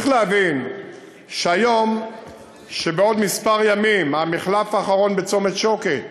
צריך להבין שבעוד כמה ימים המחלף האחרון בצומת שוקת,